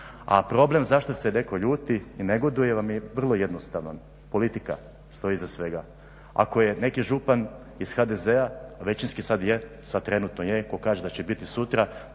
A problem zašto se netko ljuti i negoduje vam je vrlo jednostavan. Politika stoji iza svega. Ako je neki župan iz HDZ-a većinski sad je, sad trenutno je, tko kaže da će biti sutra,